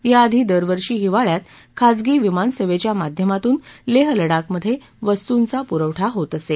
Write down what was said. याआधी दरवर्षी हिवाळ्यात खाजगी विमानसेवेच्या माध्यमातून लेह लडाखमधे वस्तूंचा पुरवठा होत असे